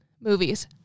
movies